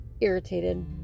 Irritated